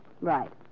Right